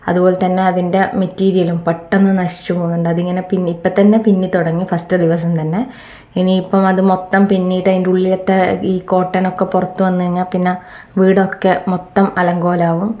അതുപോലെ തന്നെ അതിൻ്റെ മെറ്റിരിയലും പെട്ടെന്ന് നശിച്ചു പോകുന്നുണ്ട് അതിങ്ങനെ പിന്നി ഇപ്പം തന്നെ പിന്നി തുടങ്ങി ഫസ്റ്റ് ദിവസം തന്നെ ഇനിയിപ്പം അത് മൊത്തം പിന്നിയിട്ട് അതിൻ്റെ ഉള്ളിലത്തെ ഈ കോട്ടനും ഒക്കെ പുറത്ത് വന്നു കഴിഞ്ഞാൽ പിന്നെ വീടൊക്കെ മൊത്തം അലങ്കോലമാകും